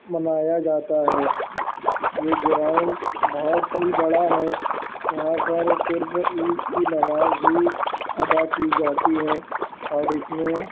منایا جاتا ہے یہ گراؤنڈ بہت ہی بڑا ہے یہاں پر صرف عید کی نماز ہی ادا کی جاتی ہے اور اس میں